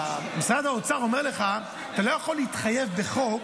משרד האוצר אומר לך: אתה לא יכול להתחייב בחוק,